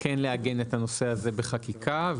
כן לעגן את הנושא הזה בחקיקה.